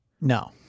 No